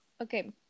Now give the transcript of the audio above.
Okay